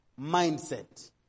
mindset